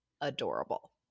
adorable